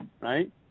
right